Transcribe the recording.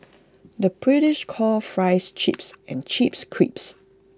the British calls Fries Chips and Chips Crisps